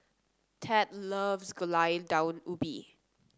Tad loves Gulai Daun Ubi